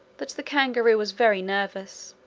that the kangaroo was very nervous.